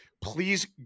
Please